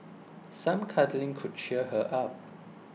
some cuddling could cheer her up